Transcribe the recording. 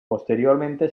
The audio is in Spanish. posteriormente